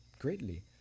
greatly